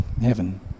heaven